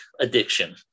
addiction